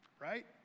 right